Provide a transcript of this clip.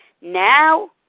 Now